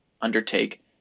undertake